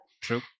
True